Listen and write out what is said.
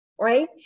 right